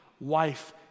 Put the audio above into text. wife